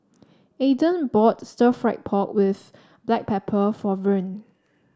Ayden bought Stir Fried Pork with Black Pepper for Vern